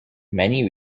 many